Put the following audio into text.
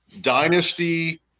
Dynasty